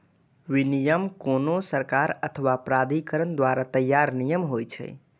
विनियम कोनो सरकार अथवा प्राधिकरण द्वारा तैयार नियम होइ छै